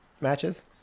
matches